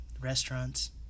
restaurants